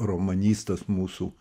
romanistas mūsų